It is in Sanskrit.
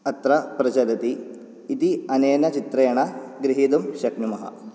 अत्र प्रचलति इति अनेन चित्रेण गृहीतुं शक्नुमः